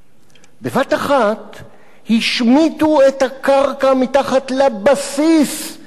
השמיטו את הקרקע מתחת לבסיס של המנטרה הזו של הכיבוש.